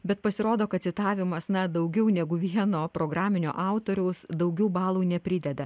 bet pasirodo kad citavimas na daugiau negu vieno programinio autoriaus daugiau balų neprideda